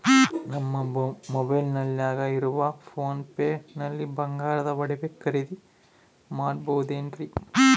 ನಮ್ಮ ಮೊಬೈಲಿನಾಗ ಇರುವ ಪೋನ್ ಪೇ ನಲ್ಲಿ ಬಂಗಾರದ ಒಡವೆ ಖರೇದಿ ಮಾಡಬಹುದೇನ್ರಿ?